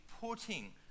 putting